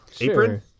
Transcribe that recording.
apron